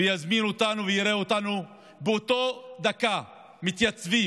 יזמין אותנו ויראה אותנו באותה דקה מתייצבים